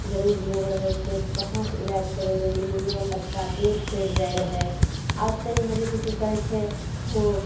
गरीब लोग रहय छलै तऽ कहाँसँ इलाज करेबय निमुनियामे बच्चा डेथ करि जाइ रहय आब तऽ यहाँ जेकि की कहय छै ओ